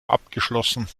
abgeschlossen